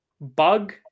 Bug